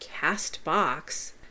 Castbox